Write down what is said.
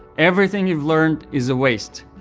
everything you've learned is a waste.